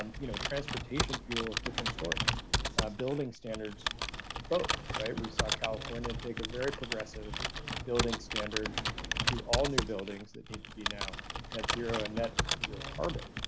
um you know transportation fuels different story building standards both right we saw california and take a very progressive building standard to all new buildings that need to be now at zero and net zero carbon